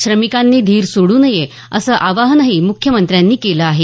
श्रमिकांनी धीर सोडू नये असं आवाहनही मुख्यमंत्र्यांनी केलं आहे